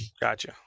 gotcha